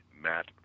Matt